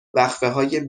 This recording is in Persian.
وقفههای